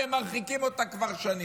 והם מרחיקים אותם כבר שנים.